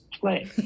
Play